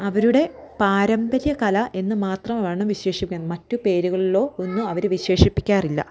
അവരുടെ പാരമ്പര്യ കല എന്നു മാത്രമാണ് വിശേഷിക്കുന്നത് മറ്റു പേരുകളിലോ ഒന്നും അവർ വിശേഷിപ്പിക്കാറില്ല